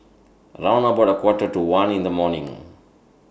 round about A Quarter to one in The morning